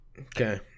Okay